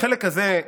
החלק הזה,